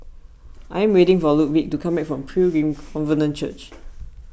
I am waiting for Ludwig to come back from Pilgrim Covenant Church